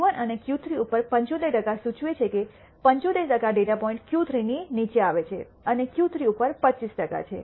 Q1 અને Q3 ઉપર 75 ટકા સૂચવે છે કે 75 ડેટા પોઇન્ટ Q3 ની નીચે આવે છે અને Q3 ઉપર 25 ટકા છે